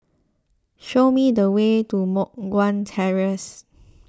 show me the way to Moh Guan Terrace